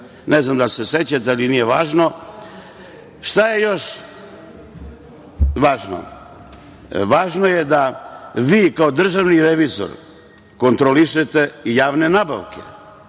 Ne znam da li se sećate, ali nije važno. Šta je još važno? Važno je da vi kao državni revizor kontrolišete javne nabavke.